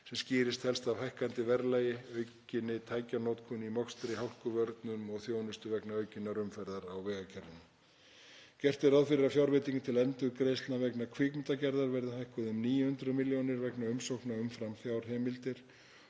sem skýrist helst af hækkandi verðlagi, aukinni tækjanotkun í mokstri, hálkuvörnum og þjónustu vegna aukinnar umferðar á vegakerfinu. Gert er ráð fyrir að fjárveiting til endurgreiðslna vegna kvikmyndagerðar verði hækkuð um 900 millj. kr. vegna umsókna umfram fjárheimildir